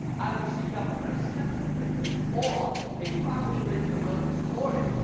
i will seek out breast cancer victims, or a family raising awareness for it,